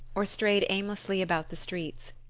or strayed aimlessly about the streets.